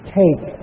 take